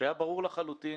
שממנו היה ברור לחלוטין